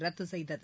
ரத்து செய்தது